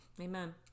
Amen